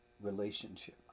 relationship